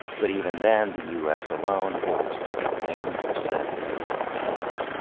but even then, the u s. alone holds more than ninety percent of the world total.